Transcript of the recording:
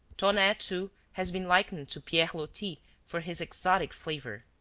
taunay, too, has been likened to pierre loti for his exotic flavor.